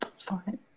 Fine